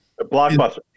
blockbuster